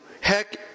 heck